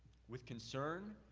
with concern,